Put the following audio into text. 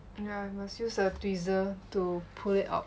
yeah must use the tweezer to pull it out